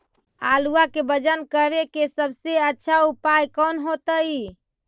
आलुआ के वजन करेके सबसे अच्छा उपाय कौन होतई?